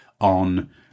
on